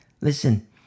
Listen